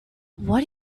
what